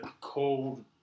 cold